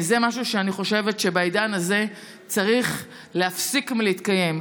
זה משהו שאני חושבת שבעידן הזה צריך להפסיק להתקיים.